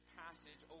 passage